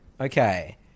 okay